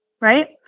right